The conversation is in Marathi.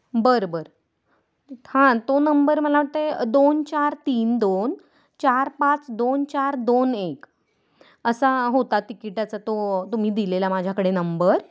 बरं बर हां तो नंबर मला वाटतं आहे दोन चार तीन दोन चार पाच दोन चार दोन एक असा होता तिकिटाचा तो तुम्ही दिलेला माझ्याकडे नंबर